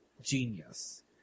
Genius